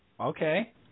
Okay